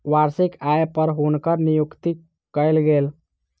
वार्षिक आय पर हुनकर नियुक्ति कयल गेल